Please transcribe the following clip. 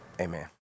Amen